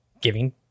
giving